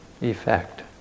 effect